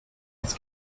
das